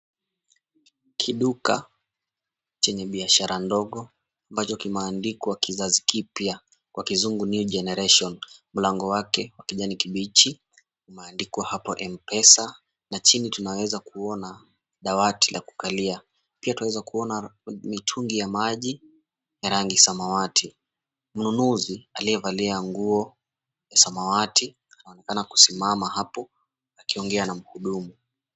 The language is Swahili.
Kiduka chenye biashara ndogo ambacho kimeandikwa Kizazi Kipya kwa kizungu New Generation. Mlango wake wa kijani kibichi umeandikwa hapo Mpesa na chini tunaweza kuona dawati la kukalia. Pia tunaweza kuona mitungi ya maji ya rangi samawati. Mnunuzi aliyevalia nguo ya samawati anaonekana kusimama hapo akiongea na mhudumu.